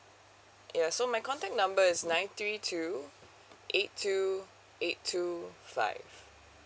ya so my contact number is nine three two eight two eight two five